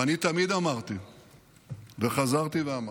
ואני תמיד אמרתי וחזרתי ואמרתי,